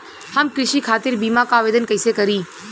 हम कृषि खातिर बीमा क आवेदन कइसे करि?